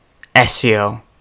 SEO